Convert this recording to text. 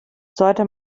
sollte